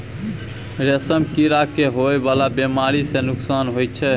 रेशम कीड़ा के होए वाला बेमारी सँ नुकसान होइ छै